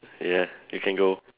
yeah you can go